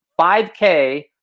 5K